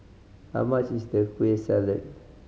how much is Kueh Salat